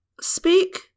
speak